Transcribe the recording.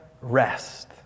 rest